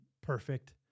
perfect